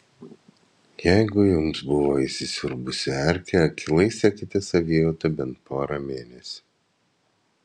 jeigu jums buvo įsisiurbusi erkė akylai sekite savijautą bent porą mėnesių